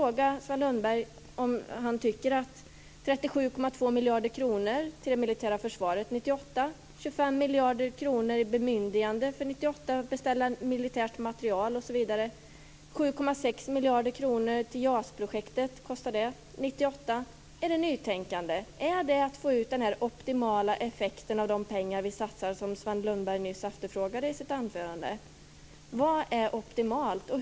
1998 - är det nytänkande? Är det att få ut den optimala effekt av de pengar vi satsar som Sven Lundberg nyss efterfrågade i sitt anförande? Vad är optimalt?